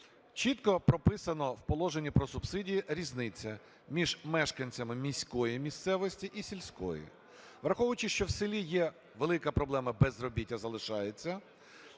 Чітко прописано в Положенні про субсидії різниця між мешканцями міської місцевості і сільської. Враховуючи, що в селі велика проблема безробіття залишається,